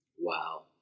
wow